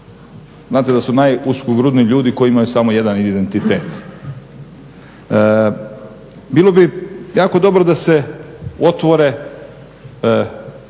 Znate da su najuskogrudniji ljudi koji imaju samo jedan identitet. Bilo bi jako dobro da se otvore